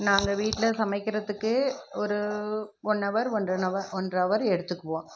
நாங்கள் வீட்டில் சமைக்கிறதுக்கு ஒரு ஒன் அவர் ஒன்ரன் அ ஒன்றரை அவர் எடுத்துக்குவோம்